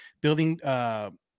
building